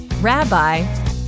Rabbi